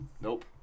Nope